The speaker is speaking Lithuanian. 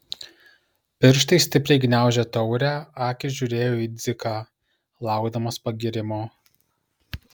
pirštai stipriai gniaužė taurę akys žiūrėjo į dziką laukdamos pagyrimo